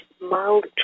mild